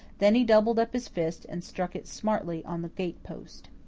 then he doubled up his fist and struck it smartly on the gate-post.